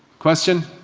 question?